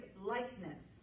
likeness